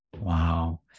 Wow